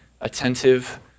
attentive